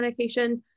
medications